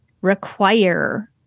require